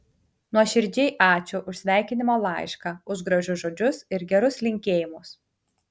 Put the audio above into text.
nuoširdžiai ačiū už sveikinimo laišką už gražius žodžius ir gerus linkėjimus